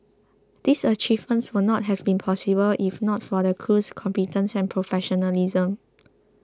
these achievements would not have been possible if not for the crew's competence and professionalism